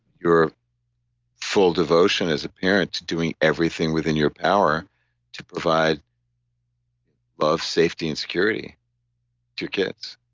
your full devotion as a parent to doing everything within your power to provide love, safety, and security to your kids.